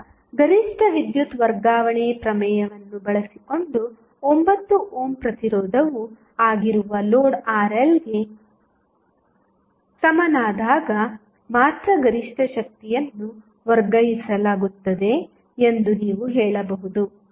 ಈಗ ಗರಿಷ್ಠ ವಿದ್ಯುತ್ ವರ್ಗಾವಣೆ ಪ್ರಮೇಯವನ್ನು ಬಳಸಿಕೊಂಡು 9 ಓಮ್ ಪ್ರತಿರೋಧವು ಆಗಿರುವ ಲೋಡ್ RLಗೆ ಸಮನಾದಾಗ ಮಾತ್ರ ಗರಿಷ್ಠ ಶಕ್ತಿಯನ್ನು ವರ್ಗಾಯಿಸಲಾಗುತ್ತದೆ ಎಂದು ನೀವು ಹೇಳಬಹುದು